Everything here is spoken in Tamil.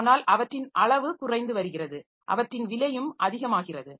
ஆனால் அவற்றின் அளவு குறைந்து வருகிறது அவற்றின் விலையும் அதிகம் ஆகிறது